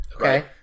okay